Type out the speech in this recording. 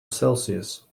celsius